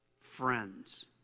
friends